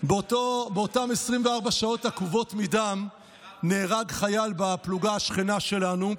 באותן 24 שעות עקובות מדם נהרג חייל בפלוגה השכנה שלנו,